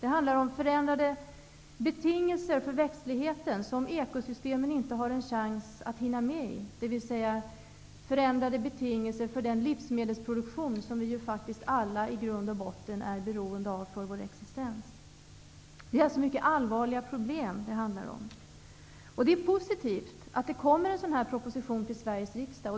Det handlar om förändrade betingelser för växtligheten, som ekosystemen inte har en chans att hinna med i, dvs. förändrade betingelser för den livsmedelsproduktion som vi faktiskt alla i grund och botten är beroende av för vår existens. Det är alltså mycket allvarliga problem det handlar om. Det är positivt att det kommer en sådan här proposition till Sveriges riksdag.